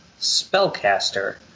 spellcaster